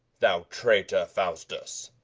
thou traitor, faustus,